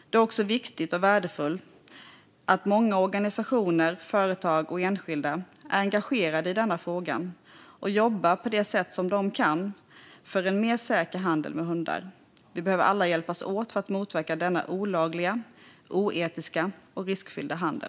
Det är också viktigt och värdefullt att många - organisationer, företag och enskilda - är engagerade i denna fråga och jobbar på det sätt de kan för en mer säker handel med hundar. Vi behöver alla hjälpas åt för att motverka denna olagliga, oetiska och riskfyllda handel.